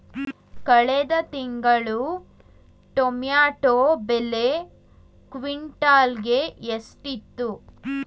ಕಳೆದ ತಿಂಗಳು ಟೊಮ್ಯಾಟೋ ಬೆಲೆ ಕ್ವಿಂಟಾಲ್ ಗೆ ಎಷ್ಟಿತ್ತು?